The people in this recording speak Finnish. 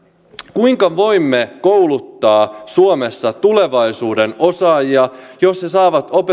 kuinka voimme kouluttaa suomessa tulevaisuuden osaajia jos he saavat